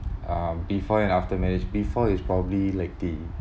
uh before and after marriage before is probably like the